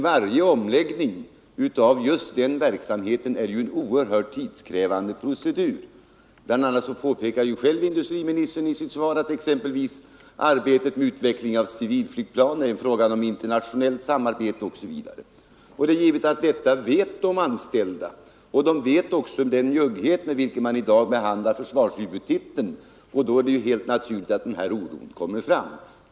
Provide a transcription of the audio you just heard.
Varje omläggning av den verksamheten är en oerhört tidskrävande procedur. Industriministern påpekar själv i sitt svar att det vid arbetet med utveckling av civilflygplan är fråga om internationellt samarbete, osv. Detta vet de anställda, och de vet också med vilken njugghet man i dag behandlar försvarshuvudtiteln, och då är det ju helt naturligt att den här oron uppstår.